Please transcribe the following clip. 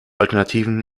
alternativen